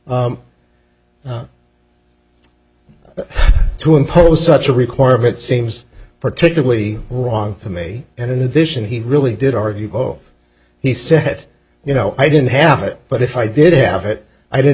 to impose such a requirement seems particularly wrong to me and in addition he really did argue though he said you know i didn't have it but if i did have it i didn't